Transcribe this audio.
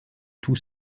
tout